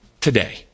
today